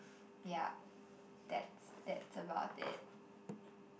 yup that's that's about it